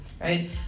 right